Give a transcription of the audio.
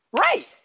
right